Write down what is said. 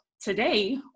Today